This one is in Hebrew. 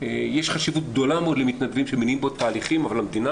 יש חשיבות גדולה מאוד למתנדבים שמניעים תהליכים אבל המדינה